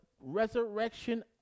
resurrection